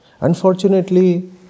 Unfortunately